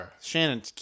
Shannon